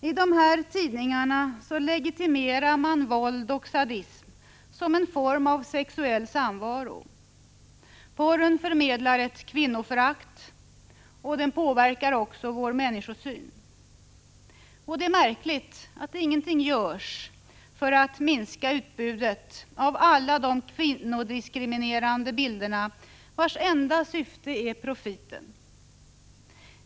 I dessa tidningar legitimerar man våld och sadism som en form av sexuell samvaro. Porren förmedlar ett kvinnoförakt och påverkar också vår människosyn. Det är märkligt att ingenting görs för att minska utbudet av alla de kvinnodiskriminerande bilderna, vilkas enda syfte är profiten.